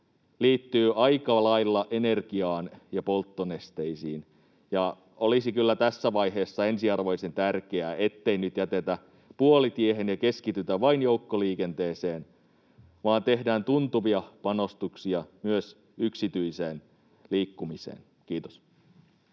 liittyy aika lailla energiaan ja polttonesteisiin, ja olisi kyllä tässä vaiheessa ensiarvoisen tärkeää, ettei nyt jätetä tätä puolitiehen ja keskitytä vain joukkoliikenteeseen, vaan tehdään tuntuvia panostuksia myös yksityiseen liikkumiseen. — Kiitos.